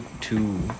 two